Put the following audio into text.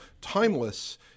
Timeless –